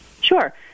Sure